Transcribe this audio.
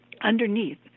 underneath